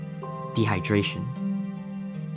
dehydration